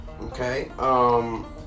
Okay